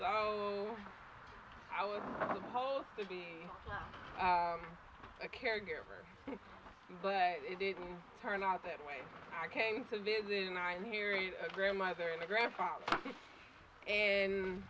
oh i was supposed to be a caregiver but it didn't turn out that way i came to visit and i hear your grandmother and grandfather and